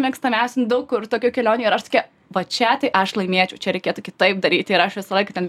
mėgstamiausi nu daug kur tokių kelionų ir aš tokia va čia tai aš laimėčiau čia reikėtų kitaip daryti ir aš visą laiką ten